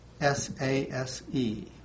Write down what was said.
SASE